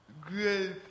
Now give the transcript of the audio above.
great